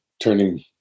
turning